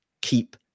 keep